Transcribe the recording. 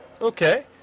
Okay